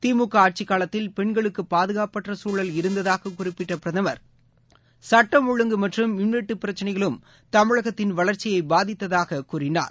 திமுக ஆட்சி காலத்தில் பெண்களுக்கு பாதுகாப்பற்ற சூழல் இருந்ததாக குறிப்பிட்ட பிரதமர் சட்டம் ஒழுங்கு மற்றும் மின் வெட்டு பிரச்சினைகளும் தமிழகத்தின் வளர்ச்சியை பாதித்ததாக பிரதமர் கூறினார்